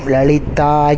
Lalita